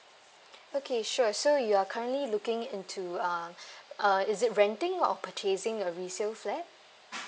okay sure so you are currently looking into um uh is it renting or purchasing a resale flat